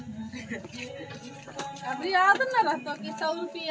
ऋण आहार एकटा ऋण प्रबंधन योजना छियै